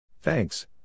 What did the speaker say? Thanks